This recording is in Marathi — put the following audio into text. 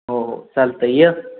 हो हो चालतंय ये